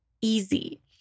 easy